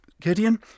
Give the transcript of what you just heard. Gideon